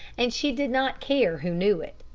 and she did not care who knew it.